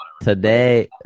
Today